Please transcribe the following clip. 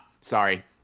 sorry